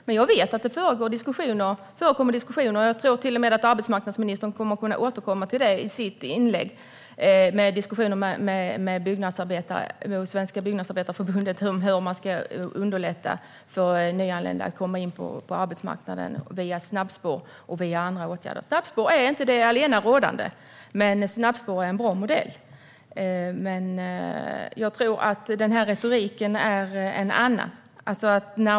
Men jag vet att det förekommer diskussioner - jag tror till och med att arbetsmarknadsministern kommer att kunna återkomma till det i sitt inlägg - med Svenska Byggnadsarbetareförbundet om hur man ska underlätta för nyanlända att komma in på arbetsmarknaden via snabbspår och via andra åtgärder. Snabbspår är inte det allenarådande. Snabbspår är en bra modell, men jag tror att den här retoriken är en annan.